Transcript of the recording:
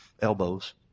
elbows